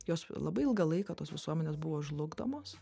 jos labai ilgą laiką tos visuomenės buvo žlugdomos